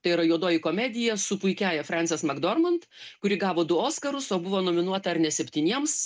tai yra juodoji komedija su puikiąja frences makdormand kuri gavo du oskarus o buvo nominuota ar ne septyniems